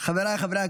חבריי חברי הכנסת,